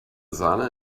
sahne